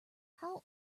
how